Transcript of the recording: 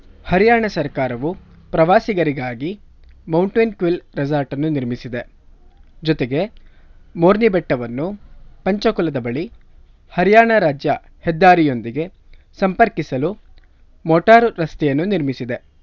ಹರಿಯಾಣ ಸರ್ಕಾರವು ಪ್ರವಾಸಿಗರಿಗಾಗಿ mountain quail ರೆಸಾರ್ಟನ್ನು ನಿರ್ಮಿಸಿದೆ ಜೊತೆಗೆ ಮೋರ್ನಿ ಬೆಟ್ಟವನ್ನು ಪಂಚಕುಲದ ಬಳಿ ಹರಿಯಾಣ ರಾಜ್ಯ ಹೆದ್ದಾರಿಯೊಂದಿಗೆ ಸಂಪರ್ಕಿಸಲು ಮೋಟಾರು ರಸ್ತೆಯನ್ನು ನಿರ್ಮಿಸಿದೆ